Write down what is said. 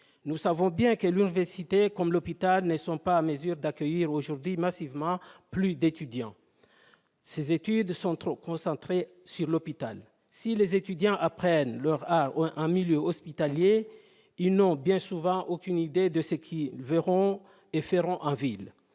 Nous savons bien que l'université comme l'hôpital ne sont pas en mesure d'accueillir aujourd'hui massivement plus d'étudiants. Ces études sont trop concentrées sur l'hôpital. Si les étudiants apprennent leur art en milieu hospitalier, ils n'ont bien souvent aucune idée de ce qu'ils verront et feront en ville.